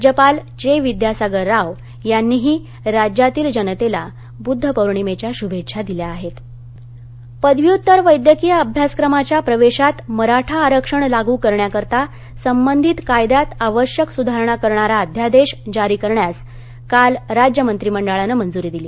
राज्यपाल चे विद्यासागर राव यांनीही राज्यातील जनतेला बुद्ध पौर्णिमेच्या शुभेच्छा दिल्या आहेत मराठा आरक्षण पदव्युत्तर वैद्यकीय अभ्यासक्रमाच्या प्रवेशात मराठा आरक्षण लागू करण्याकरता संबंधित कायद्यात आवश्यक सुधारणा करणारा अध्यादेश जारी करण्यास काल राज्य मंत्रिमंडळानं मंजूरी दिली